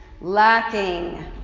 Lacking